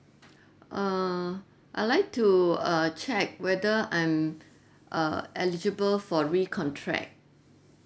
uh I'd like to uh check whether I'm uh eligible for recontract